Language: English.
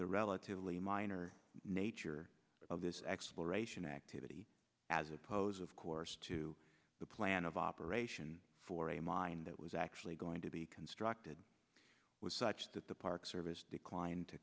relatively minor nature of this exploration activity as opposed of course to the plan of operation for a mine that was actually going to be constructed was such that the park service declined to